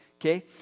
okay